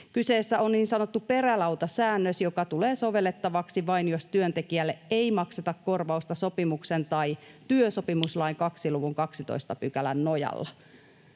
Kyseessä on niin sanottu perälautasäännös, joka tulee sovellettavaksi vain, jos työntekijälle ei makseta korvausta sopimuksen tai työsopimuslain 2 luvun 12 §:n nojalla.